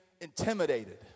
intimidated